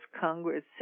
Congress